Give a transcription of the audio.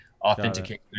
authenticate